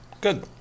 Good